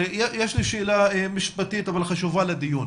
יש לי שאלה משפטית אבל חשובה לדיון.